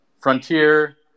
Frontier